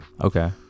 Okay